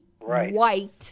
white